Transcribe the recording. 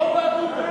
או באגודה.